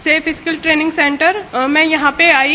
self skill training centre में यहां पर आयी